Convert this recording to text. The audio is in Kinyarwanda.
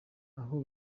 aho